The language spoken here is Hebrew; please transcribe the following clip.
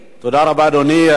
תודה רבה, אדוני.